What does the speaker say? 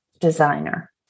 designer